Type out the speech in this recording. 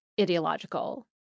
ideological